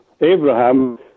Abraham